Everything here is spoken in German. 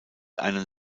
einen